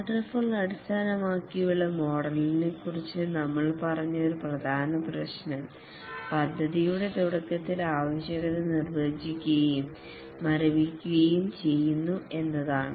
waterfall അടിസ്ഥാനമാക്കിയുള്ള മോഡലിനെ ക്കുറിച്ച് നമ്മൾ പറഞ്ഞ ഒരു പ്രധാന പ്രശ്നം പദ്ധതിയുടെ തുടക്കത്തിൽ ആവശ്യകത നിർവചിക്കുകയും മരവിപ്പിക്കുകയും ചെയ്യുന്നു എന്നതാണ്